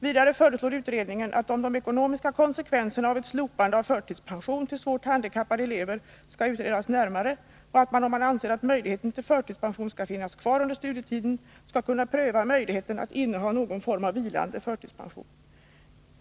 Vidare föreslår utredningen att de ekonomiska konsekvenserna av ett slopande av förtidspension till svårt handikappade elever skall utredas närmare och att man, om man anser att möjligheten till förtidspension skall finnas kvar under studietiden, skall kunna pröva möjligheten att inneha någon form av vilande förtidspension.